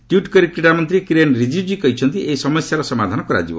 tweet କରି କ୍ରୀଡ଼ାମନ୍ତ୍ରୀ କିରେନ୍ ରିଜିଜ୍ଞ କହିଛନ୍ତି ଏହି ସମସ୍ୟାର ସମାଧାନ କରାଯିବ